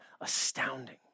astounding